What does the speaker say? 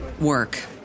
work